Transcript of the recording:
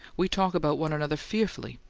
we talk about one another fearfully!